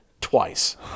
twice